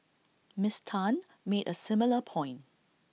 miss Tan made A similar point